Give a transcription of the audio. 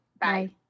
Bye